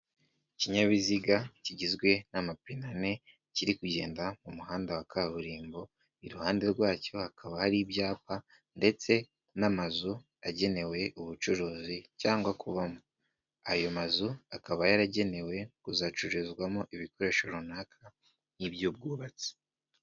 Ikinyabiziga kigizwe n'amapinane kiri kugenda mu muhanda wa kaburimbo, iruhande rwacyo hakaba hari ibyapa ndetse n'amazu agenewe ubucuruzi cyangwa kubamo. Ayo mazu akaba yaragenewe kuzacururizwamo ibikoresho runaka nk'iby'ubwubatsi.